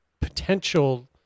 potential